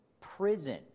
prison